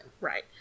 Right